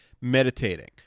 meditating